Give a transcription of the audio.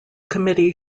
committee